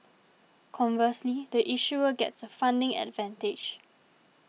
conversely the issuer gets a funding advantage